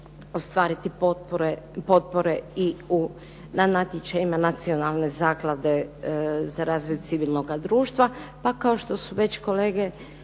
ostvariti potpore i na natječajima Nacionalne zaklade za razvoj civilnoga društva. Pa kao što su već kolege